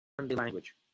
language